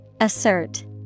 Assert